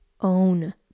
own